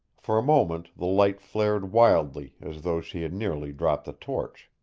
for a moment the light flared wildly as though she had nearly dropped the torch.